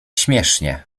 śmiesznie